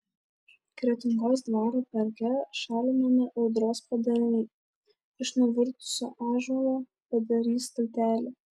kretingos dvaro parke šalinami audros padariniai iš nuvirtusio ąžuolo padarys tiltelį